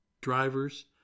drivers